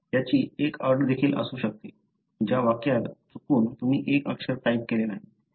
त्याची एक अट देखील असू शकते ज्या वाक्यात चुकून तुम्ही एक अक्षर टाइप केले नाही